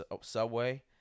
subway